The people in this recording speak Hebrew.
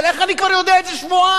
אבל איך אני כבר יודע את זה שבועיים?